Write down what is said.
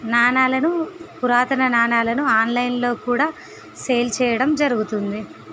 నాణ్యాలను పురాతన నాణ్యాలను ఆన్లైన్లో కూడా సేల్ చేయడం జరుగుతుంది